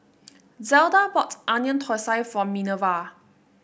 Zelda bought Onion Thosai for Minerva